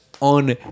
on